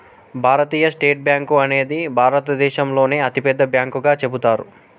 భారతీయ State Bank అనేది భారతదేశంలోనే అతిపెద్ద బ్యాంకుగా చెబుతారు